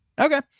Okay